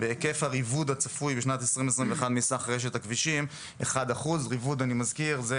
היקף הריבוד הצפוי בשנת 2021 מסך רשת הכבישים 1%. אני מזכיר שריבוד זה